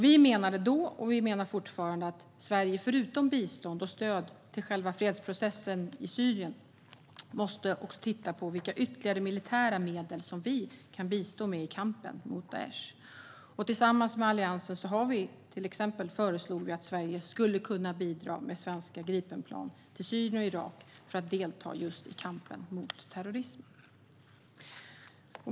Vi menade då, och vi menar fortfarande, att Sverige förutom bistånd och stöd till själva fredsprocessen i Syrien måste titta på vilka ytterligare militära medel som vi kan bistå med i kampen mot Daish. Alliansen har tillsammans föreslagit att Sverige skulle kunna bidra med svenska Gripenplan i Syren och Irak för att delta i kampen mot terrorismen.